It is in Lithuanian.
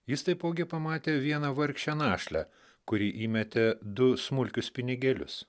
jis taipogi pamatė vieną vargšę našlę kuri įmetė du smulkius pinigėlius